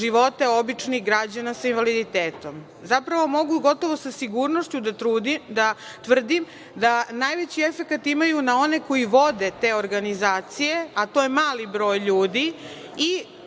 živote običnih građana sa invaliditetom. Zapravo, mogu gotovo sa sigurnošću da tvrdim da najveći efekat imaju na one koji vode te organizacije, a to je mali broj ljudi